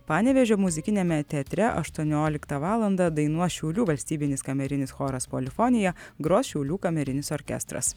panevėžio muzikiniame teatre aštuonioliktą valandą dainuos šiaulių valstybinis kamerinis choras polifonija gros šiaulių kamerinis orkestras